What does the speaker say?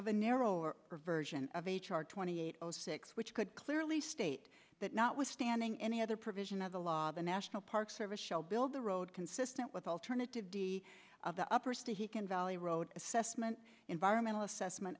of a narrower version of h r twenty eight zero six which could clearly state that notwithstanding any other provision of the law the national park service shall build the road consistent with alternative of the upper city he can valley road assessment environmental assessment